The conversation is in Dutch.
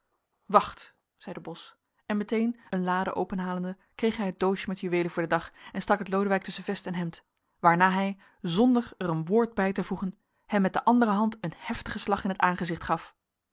wacht zeide bos en meteen een lade openhalende kreeg hij het doosje met juweelen voor den dag en stak het lodewijk tusschen vest en hemd waarna hij zonder er een woord bij te voegen hem met de andere hand een heftigen slag in t aangezicht gaf